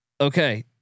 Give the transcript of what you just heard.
okay